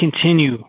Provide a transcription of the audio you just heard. continue